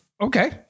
Okay